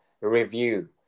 review